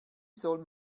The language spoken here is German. soll